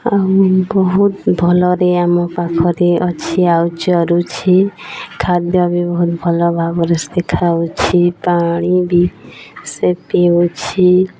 ଆଉ ବହୁତ ଭଲରେ ଆମ ପାଖରେ ଅଛି ଆଉ ଚରୁୁଛି ଖାଦ୍ୟ ବି ବହୁତ ଭଲ ଭାବରେ ସେ ଖାଉଛି ପାଣି ବି ସେ ପିଉଛି